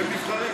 אלה האנשים?